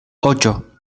ocho